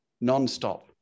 non-stop